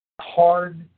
hard